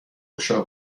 گشا